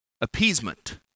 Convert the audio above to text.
appeasement